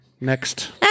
next